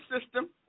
system